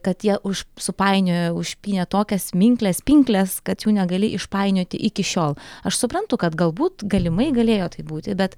kad jie supainiojo užpynė tokias minkles pinkles kad jų negali išpainioti iki šiol aš suprantu kad galbūt galimai galėjo taip būti bet